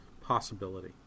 possibility